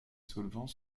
solvants